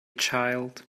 child